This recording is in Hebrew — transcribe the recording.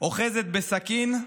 אוחזת בסכין,